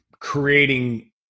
creating